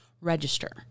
register